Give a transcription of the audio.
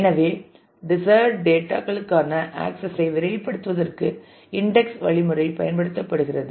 எனவே desired data களுக்கான access ஐ விரைவுபடுத்துவதற்கு இன்டெக்ஸ் வழிமுறை பயன்படுத்தப்படுகிறது